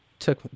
took